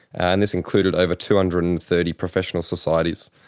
and this included over two hundred and thirty professional societies.